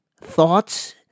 thoughts